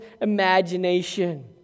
imagination